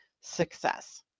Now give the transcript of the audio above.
Success